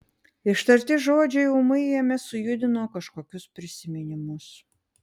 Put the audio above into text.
ištarti žodžiai ūmai jame sujudino kažkokius prisiminimus